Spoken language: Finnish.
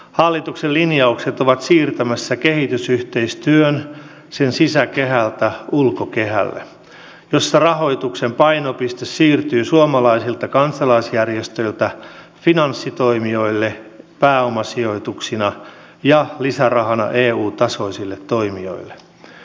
hallituksen linjaukset ovat siirtämässä kehitysyhteistyön sen sisäkehältä ulkokehälle jolla rahoituksen painopiste siirtyy suomalaisilta kansalaisjärjestöiltä finanssitoimijoille pääomasijoituksina ja lisärahana eu tasoisille toimijoille